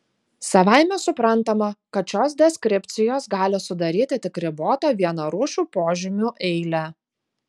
savaime suprantama kad šios deskripcijos gali sudaryti tik ribotą vienarūšių požymių eilę